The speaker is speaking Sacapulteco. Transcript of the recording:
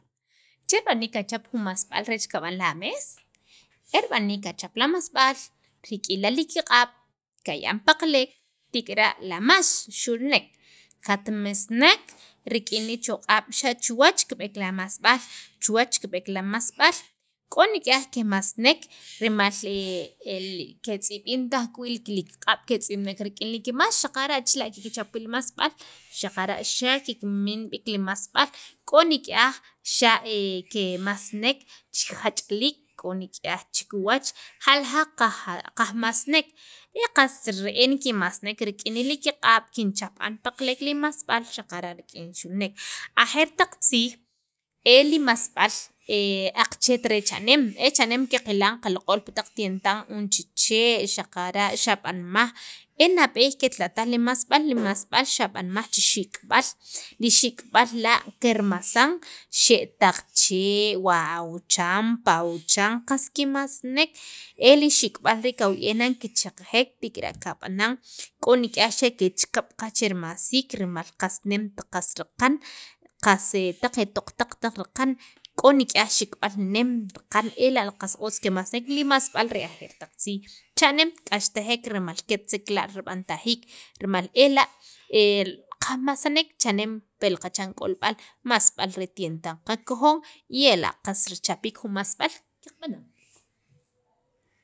che rib'aniik kachap jun masb'al rech kab'an amees e rib'aniik kachap amasb'aal rik'in alikiq'ab' kaya'an paqalek tek'ara' lamaax xulnek katmesnek rik'in li choq'ab' xa' xa' chuwach kib'eek la masb'aal chuwach kib'eek la masb'al k'o nik'yaj kemasnek rimal ketz'ib'in taj k'o wii' kiliqq'ab' ketz'ib'nek rik'in li maax xaqar' chila kichap wii' li masb'aal xaqara' kikmin b'iik li masb'al k'o nik'yaj xa' kemasnek che rijach'liik k'o nik'yaj chikiwach jaljaq kaje kajmasnek y qas re'en kinmasnek rik'in nilikq'ab' kinchapa'n pakalek li masb'al xaqara' rik'in xulnek ajeer taq tziij e li masb'al aqachet re cha'neem e cha'neem qaqilan qaloq'ol pi taq tientan jun che chee' xaqara' xa' b'anmaj e nab'eey ketla' taj li masb'al li masb'alxa' b'anmaj che xik'b'al e li xik'b'al la' kirmasan xe' taq chee' wa wuchan pawuchan qas kimasnek el li xik'b'al rii' kawiyb'ej nan kicheqjek tik'ara' kab'anan k'o nik'yaj chek kechakab' qaj che rimasiik rimal qast nem kiqan qas e toqtaq taq raqan k'o nik'yaj xikb'al qas nem raqan ela' qas otz kemasnek li masb'al re ajeer taq tziij cha'neem k'axtajek rimal ketla' chek la' rib'antajiik rimal ela' el qamasnek cha'neem pil qachan k'olb'al masb'al re tientan qakojon y ela' qas richappiik jun masb'al qab'anan